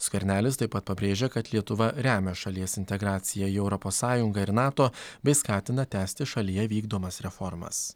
skvernelis taip pat pabrėžė kad lietuva remia šalies integraciją į europos sąjungą ir nato bei skatina tęsti šalyje vykdomas reformas